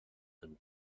and